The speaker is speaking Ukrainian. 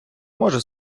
може